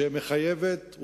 שמחייבת אותנו,